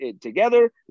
together